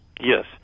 Yes